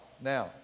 Now